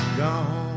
gone